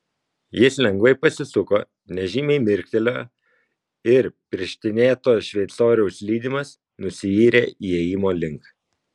jis lengvai pasisuko nežymiai mirktelėjo ir pirštinėto šveicoriaus lydimas nusiyrė įėjimo link